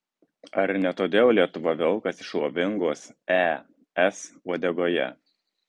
ar ne todėl lietuva velkasi šlovingos es uodegoje